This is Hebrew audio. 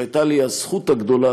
שהייתה לי הזכות הגדולה,